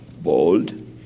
bold